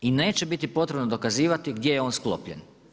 I neće biti potrebe dokazivati gdje je on sklopljen.